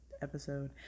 episode